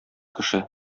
кеше